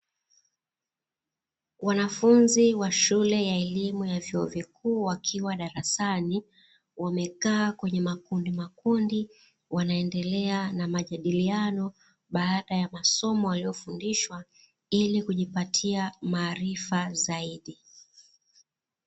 Wanafunzi wa shule wa elimu ya vyuo vikuu wakiwa darasani wamekaa kwenye makundi makundi, wanaendelea na majadiliano baada ya masomo waliofundishwa ili kujipatia maarifa zaidi.